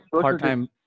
part-time